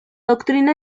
doctrina